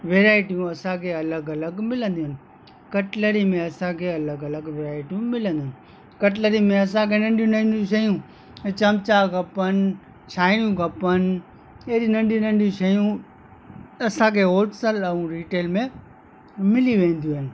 वैराएटियूं असांखे अलॻि अलॻि मिलंदियूं आहिनि कटलरी में असांखे अलॻि अलॻि वैराएटियूं मिलंदियूं कटलरी में असांखे नंढियूं नंढियूं शयूं चुमिचा खपेनि छायूं खपेनि एड़ियूं नंढियूं नंढियूं शयूं असांखे हॉलसेल ऐं रीटेल में मिली वेंदियूं आहिनि